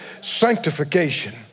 Sanctification